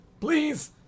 Please